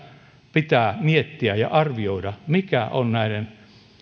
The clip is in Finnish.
pitää miettiä ja arvioida mikä on näiden